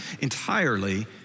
entirely